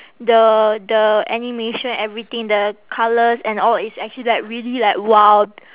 the the animation everything the colours and all is actually like really like !wow!